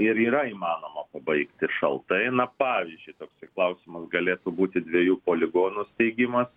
ir yra įmanoma pabaigti šaltai na pavyzdžiui toksai klausimas galėtų būti dviejų poligonų steigimas